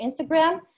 Instagram